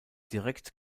direkt